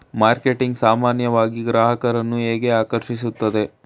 Marketing ಸಾಮಾನ್ಯವಾಗಿ ಗ್ರಾಹಕರನ್ನು ಹೇಗೆ ಆಕರ್ಷಿಸುತ್ತದೆ?